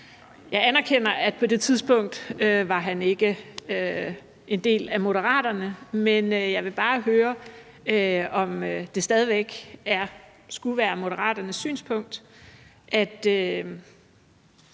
Jeg anerkender, at han på det tidspunkt ikke var en del af Moderaterne, men jeg vil bare høre, om det stadig væk skulle være Moderaternes synspunkt,